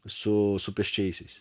su su pėsčiaisiais